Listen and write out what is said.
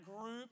group